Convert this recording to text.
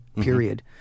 period